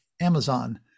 amazon